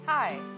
Hi